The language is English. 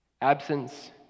absence